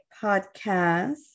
Podcast